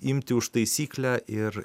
imti už taisyklę ir